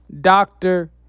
doctor